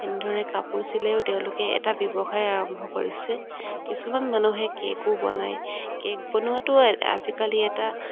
এনেধৰণে কাপোৰ চিলাইও তেওঁলোকে এটা ব্যৱসায় আৰম্ভ কৰিছে কিছুমান মানুহে কেকো বনায় কেক বনোৱাটো আজিকালি এটা